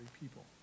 people